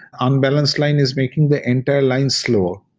unbalanced line is making the entire line slow.